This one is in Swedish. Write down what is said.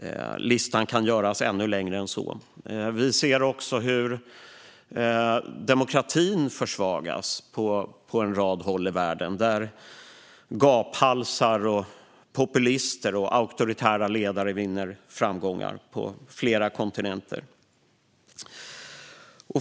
Listan kan göras ännu längre än så. Vi ser också hur demokratin försvagas på en rad håll i världen. Gaphalsar, populister och auktoritära ledare vinner framgångar på flera kontinenter.